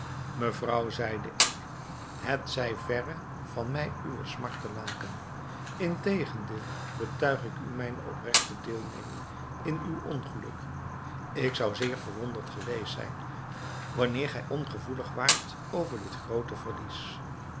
mevrouw zeide ik het zij verre van mij uwe smart te laken integendeel betuig ik u mijne opregte deelneming in uw ongeluk ik zou zeer verwonderd geweest zijn wanneer gij ongevoelig waart over dit groote verlies